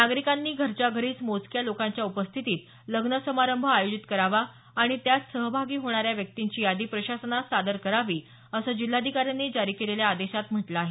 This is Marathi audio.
नागरिकांनी घरच्या घरीच मोजक्या लोकांच्या उपस्थितीत लग्न समारंभ आयोजित करावा आणि त्यात सहभागी होणाऱ्या व्यक्तींची यादी प्रशासनास सादर करावी असं जिल्हाधिकाऱ्यांनी जारी केलेल्या आदेशात म्हटलं आहे